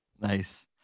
Nice